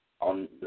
on